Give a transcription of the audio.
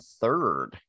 third